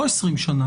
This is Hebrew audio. לא 20 שנה